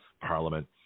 Parliament